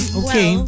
okay